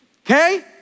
Okay